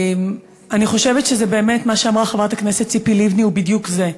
אני חושבת שמה שאמרה חברת הכנסת ציפי לבני הוא בדיוק זה,